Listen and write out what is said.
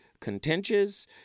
contentious